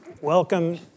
Welcome